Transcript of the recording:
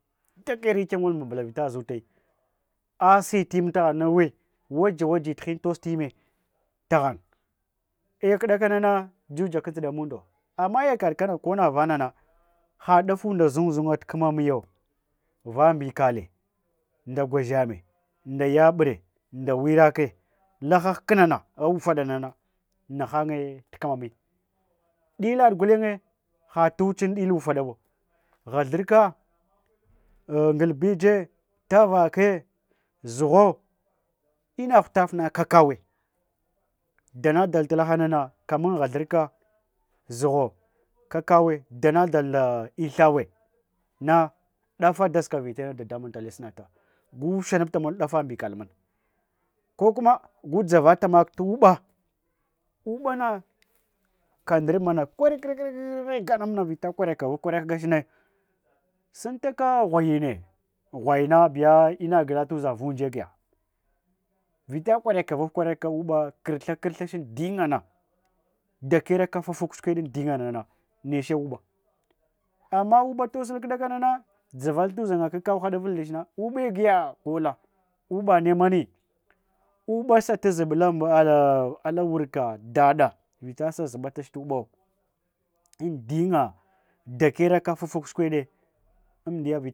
Dakyavi kyan'ngoli mbambla vita zutai, asi tim taghanna wi waja waji t'hin tostime taghan. Ei kɗakanana juja kanzɗa munda amayakaɗ kana kona vanana ha ɗafunda zunzunga tkama miwa va mbikale nda gwadzame, nda yabure nda wirake, laha hknana a ufaɗanana hahanye tkmami. ɗilaɗ gulenye hatuwutsun ɗil ufaɗawo, ghathurka, ngilbije, tavake, zugho ina hutaf na kakaive. Danadal talahama, kaman ghathurka, zugho, kakawe danadal nda ithaw ɗafa dazka vitayana dadamun tale sunata. Gu wushanapta mol ɗafa mbikal muna, kokuma gu dzavatamak tuɓa uɓa kandarmana kwarek rek, rek, rek kana muna vita kwarekavav kwarekachna. Suntaka ghwayine, ghwai na biya ina gla tuzan vunje giya. Vita kwareka vuv kwareka uɓa, krtha krthach ameling na dakyara fafuk shukweɗ an dinga neche uɓa. Ama uɓa tosu kɗakanana dzava tuza nga kakaw haɗaful ndechna uɓe giya gola. Uɓane mani, uɓa tazuɓ ala wurka daɗa vitasa zuɓatach tuɓo andinga dakyara fafuk shukweɗe, amdiya.